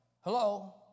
Hello